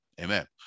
Amen